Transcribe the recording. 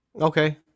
Okay